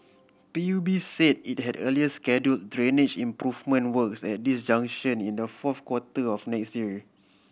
P U B said it had earlier schedule drainage improvement works at this junction in the fourth quarter of next year